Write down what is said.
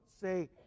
say